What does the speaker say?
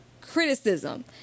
Criticism